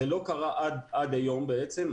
זה לא קרה עד היום בעצם,